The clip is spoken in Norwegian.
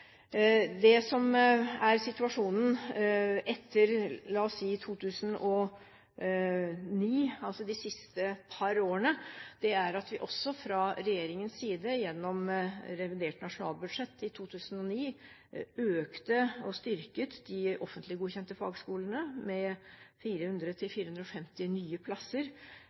Det som er situasjonen etter 2009 – altså de siste par årene – er at vi også fra regjeringens side gjennom revidert nasjonalbudsjett i 2009 økte og styrket de offentlig godkjente fagskolene med 400–450 nye plasser.